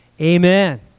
amen